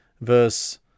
verse